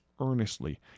earnestly